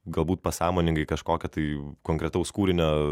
galbūt pasąmoningai kažkokio tai konkretaus kūrinio